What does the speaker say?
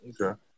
Okay